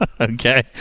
Okay